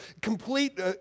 complete